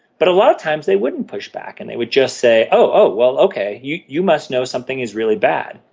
but a lot of times they wouldn't push back and they would just say, oh, well okay, you you must know something is really bad.